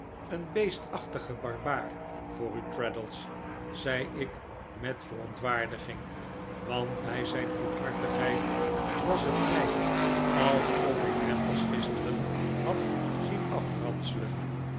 een beestachtige barbaar voor u traddles zei ik met verontwaardiging want bij zijn goedhartigheid was het mij alsof ik hem pas gisteren had zien afranselen